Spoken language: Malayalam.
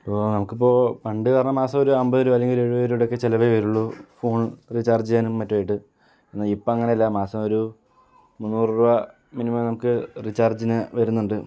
ഇപ്പോൾ നമുക്കിപ്പോൾ പണ്ട് പറഞ്ഞാൽ മാസം ഒരു അമ്പത് രൂപ അല്ലെങ്കിൽ ഒരു എഴുപത് രൂപയുടെ ഒക്കെ ചിലവേ വരുള്ളു ഫോൺ റീചാർജ് ചെയ്യാനും മറ്റുമായിട്ട് എന്നാൽ ഇപ്പം അങ്ങനെയല്ല മാസം ഒരു മുന്നൂറ് രൂപ മിനിമം നമുക്ക് റീചാർജിന് വരുന്നുണ്ട്